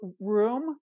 room